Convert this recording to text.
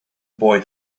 boy